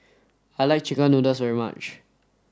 I like chicken noodles very much